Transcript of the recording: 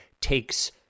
takes